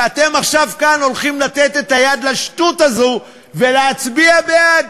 ואתם עכשיו כאן הולכים לתת את היד לשטות הזאת ולהצביע בעד.